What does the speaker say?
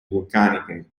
vulcaniche